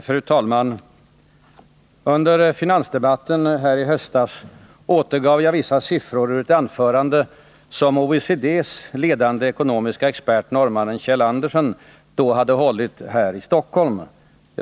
Fru talman! Under finansdebatten i höstas återgav jag vissa siffror ur ett anförande som OECD:s ledande ekonomiske expert, norrmannen Kjeld Andersen, då hade hållit här i Stockholm.